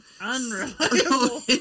Unreliable